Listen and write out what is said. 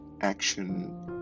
action